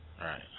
Right